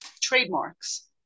trademarks